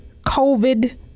covid